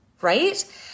right